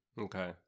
Okay